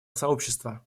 сообщества